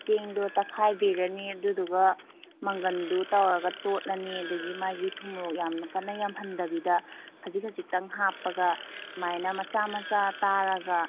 ꯆꯦꯡꯗꯣ ꯇꯛꯈꯥꯏꯕꯤꯔꯅꯤ ꯑꯗꯨꯗꯨꯒ ꯃꯪꯒꯟꯗꯨ ꯇꯧꯔꯒ ꯇꯣꯠꯂꯅꯤ ꯑꯗꯨꯗꯒꯤ ꯃꯥꯒꯤ ꯊꯨꯝ ꯃꯣꯔꯣꯛ ꯌꯥꯝ ꯀꯟꯅ ꯌꯥꯝꯍꯟꯗꯕꯤꯗ ꯈꯖꯤꯛ ꯈꯖꯤꯛꯇꯪ ꯍꯥꯞꯄꯒ ꯁꯨꯃꯥꯏꯅ ꯃꯆꯥ ꯃꯆꯥ ꯇꯥꯔꯒ